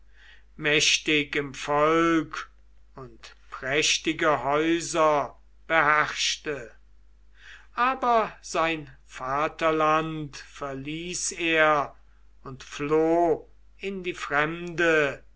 mächtig im volk und prächtige häuser beherrschte aber sein vaterland verließ er und floh in die fremde